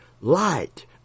light